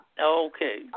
okay